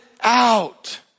out